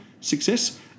success